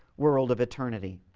world of eternity.